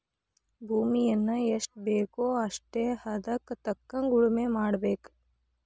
ಭೂಮಿಯನ್ನಾ ಎಷ್ಟಬೇಕೋ ಅಷ್ಟೇ ಹದಕ್ಕ ತಕ್ಕಂಗ ಉಳುಮೆ ಮಾಡಬೇಕ